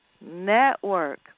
Network